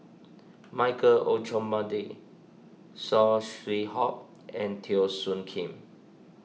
Michael Olcomendy Saw Swee Hock and Teo Soon Kim